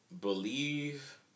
believe